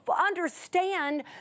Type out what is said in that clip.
understand